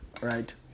Right